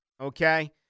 okay